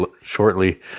shortly